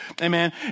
amen